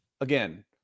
again